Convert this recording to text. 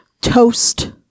toast